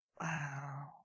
Wow